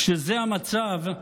כשזה המצב,